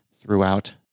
throughout